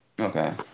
Okay